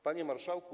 Panie Marszałku!